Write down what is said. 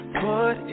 put